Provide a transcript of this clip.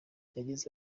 yagize